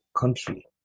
country